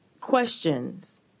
questions